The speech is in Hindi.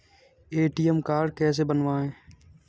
ए.टी.एम कार्ड कैसे बनवाएँ?